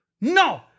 no